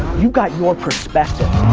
you got your perspective.